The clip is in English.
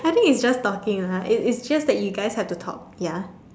I think it's just talking lah it's it's just that you guys have to talk ya